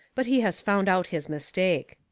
but he has found out his mistake.